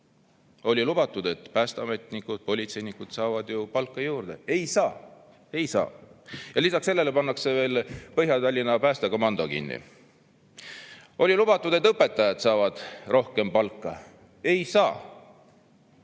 Oli lubatud, et päästeametnikud ja politseinikud saavad palka juurde. Ei saa, ei saa. Lisaks sellele pannakse veel Põhja-Tallinna päästekomando kinni. Oli lubatud, et õpetajad saavad rohkem palka. Ei saa.